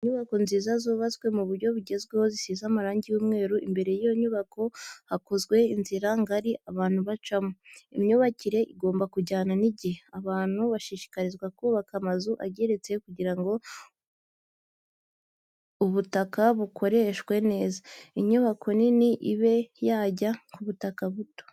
Inyubako nziza zubatswe mu buryo bugezweho zisize amarangi y'umweru, imbere y'iyo nyubako hakozwe inzira ngari abantu bacamo. Imyubakire igomba kujyana n'igihe, abantu bashishikarizwa kubaka amazu ageretse kugira ngo ubutaka bukoreshwe neza, inyubako nini ibe yajya ku butaka buto.